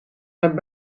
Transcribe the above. zijn